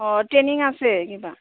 অঁ ট্ৰেইনিং আছে কিবা